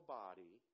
body